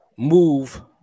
Move